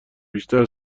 بیشتر